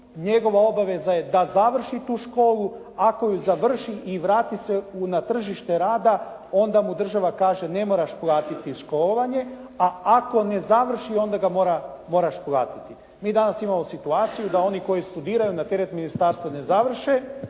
Njegova obaveza je da završi tu školu. Ako je završi i vrati se na tržište rada onda mu država kaže ne moraš platiti školovanje, a ako ne završi onda ga moraš platiti. Mi danas imamo situaciju da oni koji studiraju na teret ministarstva ne završe